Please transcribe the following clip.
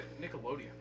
Nickelodeon